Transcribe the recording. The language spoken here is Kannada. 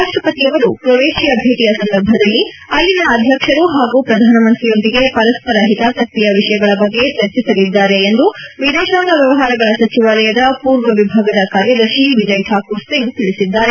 ರಾಷ್ಲಪತಿಯವರು ಕೊವೇಷಿಯಾ ಭೇಟಿಯ ಸಂದರ್ಭದಲ್ಲಿ ಅಲ್ಲಿನ ಅಧ್ಯಕ್ಷರು ಹಾಗೂ ಪ್ರಧಾನಮಂತ್ರಿಯೊಂದಿಗೆ ಪರಸ್ಪರ ಹಿತಾಸಕ್ತಿಯ ವಿಷಯಗಳ ಬಗ್ಗೆ ಚರ್ಚಿಸಲಿದ್ದಾರೆ ಎಂದು ವಿದೇಶಾಂಗ ವ್ಯವಹಾರಗಳ ಸಚಿವಾಲಯದ ಪೂರ್ವ ವಿಭಾಗದ ಕಾರ್ಯದರ್ಶಿ ವಿಜಯ್ ಠಾಕೂರ್ ಸಿಂಗ್ ತಿಳಿಸಿದ್ದಾರೆ